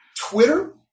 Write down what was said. Twitter